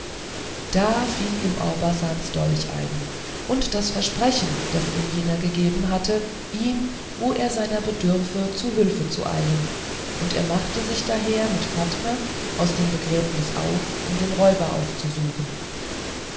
da fiel ihm orbasans dolch ein und das versprechen das ihm jener gegeben hatte ihm wo er seiner bedürfe zu hülfe zu eilen und er machte sich daher mit fatme aus dem begräbnis auf um den räuber aufzusuchen